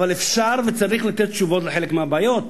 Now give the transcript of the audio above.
אבל אפשר וצריך לתת תשובות על חלק מהבעיות,